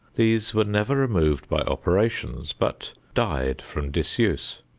these were never removed by operations, but died from disuse.